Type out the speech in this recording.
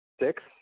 six